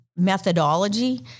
methodology